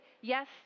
yes